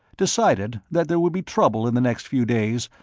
decided that there would be trouble in the next few days,